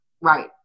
Right